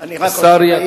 השר,